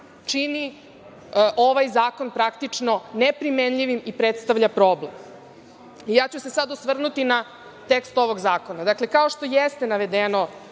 čini ovaj zakon praktično neprimenljivim i predstavlja problem. Sada ću se osvrnuti na tekst ovog zakona. Dakle, kao što jeste navedeno